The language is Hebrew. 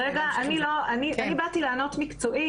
אני באתי לענות מקצועית.